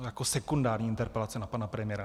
Jako sekundární interpelace na pana premiéra.